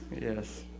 Yes